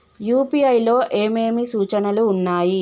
UPI లో ఏమేమి సూచనలు ఉన్నాయి?